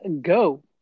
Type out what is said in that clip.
Go